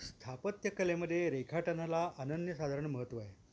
स्थापत्यकलेमध्ये रेखाटनाला अनन्य साधारण महत्त्व आहे